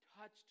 touched